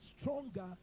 stronger